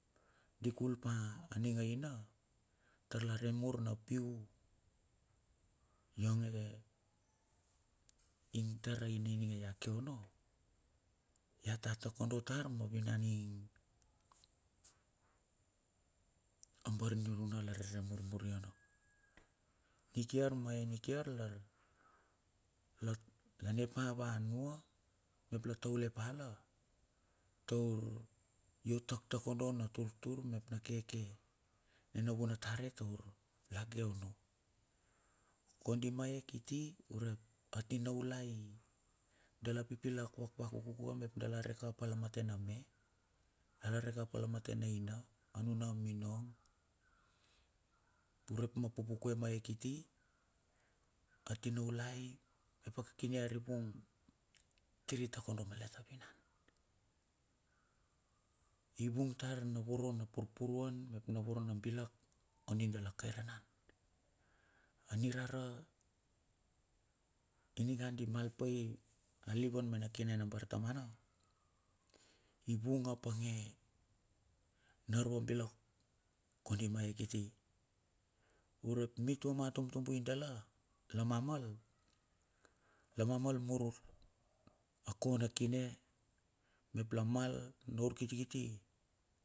Di kul pa ning aina tar lare mur na piu yonge, ing tar a ina ininge ia ke ono, ya ta tako do tar ma vinan inge a bar niuruna la rere murmuri ono. Nikiar ma e nikiar lar la ne pa va nua, mep la taule pa la, taur yot tak tak kondo na turtur, mep na keke ma ye kiti urep a tinaulai dala pipilak vak vakuku ka mep da la reka pala mate nu me. Dal reka palamate na ina a nuna minong urep ma pupukue ma yea kiti a tinaulai mep a kine arivung kir i tako do am let a vinan. I vane tar na vorona purpuruan me na voro na bilak kondi dala kaironan a nirara ininga di mal pai alilivan me na kine na bar tamuna i vung a pange na arvabik kondi ma yea kiti. Urep mitua ma tumtumbui dala lam mal, la mamel mur a ko na kine mep la mal na urkiti kiti.